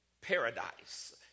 paradise